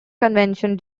convention